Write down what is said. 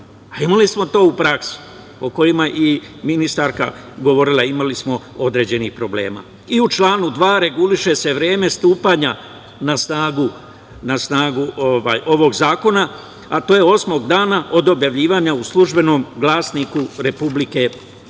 imali smo to u praksi, o kojima je i ministarka govorila, imali smo određenih problema.U članu 2. reguliše se vreme stupanja na snagu ovog zakona, a to je osmog dana od objavljivanja u „Službenom glasniku RS“.Poštovana